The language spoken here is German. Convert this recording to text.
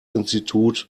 institut